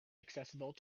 accessible